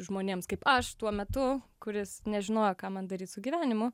žmonėms kaip aš tuo metu kuris nežinojo ką man daryt su gyvenimu